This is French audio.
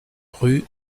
rue